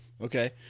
Okay